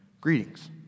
greetings